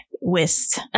Wist